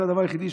זה הדבר היחידי,